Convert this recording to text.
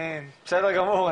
שהוא -- בסדר גמור,